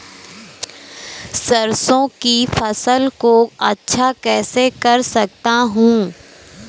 सरसो की फसल को अच्छा कैसे कर सकता हूँ?